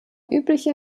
übliche